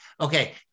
okay